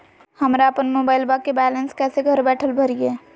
हमरा अपन मोबाइलबा के बैलेंस कैसे घर बैठल भरिए?